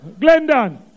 Glendon